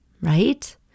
Right